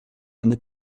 and